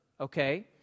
Okay